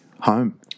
home